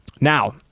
Now